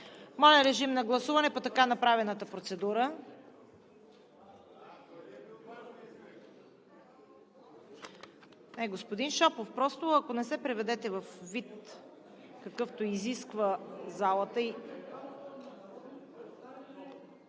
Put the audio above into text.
Моля, режим на гласуване по така направената процедура.